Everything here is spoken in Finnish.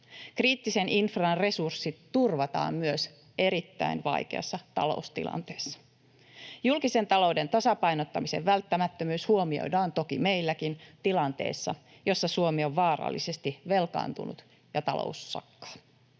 Kriittisen infran resurssit turvataan myös erittäin vaikeassa taloustilanteessa. Julkisen talouden tasapainottamisen välttämättömyys huomioidaan toki meilläkin tilanteessa, jossa Suomi on vaarallisesti velkaantunut ja talous sakkaa.